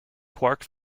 quark